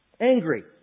Angry